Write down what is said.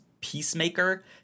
Peacemaker